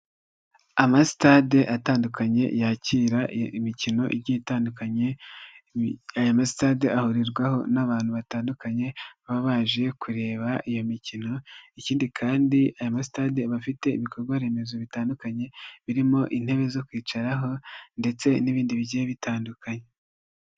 Amasitade atandukanye yakira imikino igiye itandukanye aya masitade ahurirwaho n'abantu batandukanye baba baje kureba iyo mikino ikindi kandi aya masitade aba afite ibikorwaremezo bitandukanye birimo intebe zo kwicaraho ndetse n'ibindi bigiye bitandukanye.